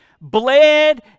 bled